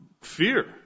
fear